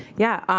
yeah.